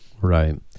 Right